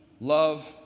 love